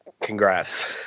Congrats